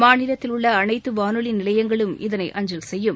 மாநிலத்தில் உள்ள அனைத்து வானொலி நிலையங்களும் இதனை அஞ்சல் செய்யும்